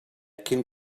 cyn